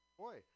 boy